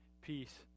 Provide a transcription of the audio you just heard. peace